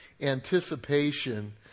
anticipation